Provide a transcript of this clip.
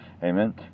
amen